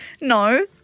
No